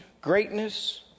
greatness